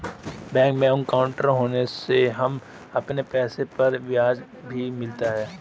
bank में अंकाउट होने से हमें अपने पैसे पर ब्याज भी मिलता है